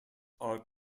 are